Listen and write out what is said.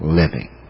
living